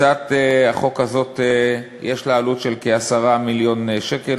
הצעת החוק הזאת, יש לה עלות של כ-10 מיליון שקל.